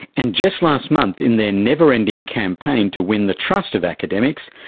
and just last month in their never-ending campaign to win the trust of academics,